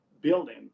building